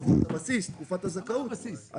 תקופת הבסיס ותקופת הזכאות,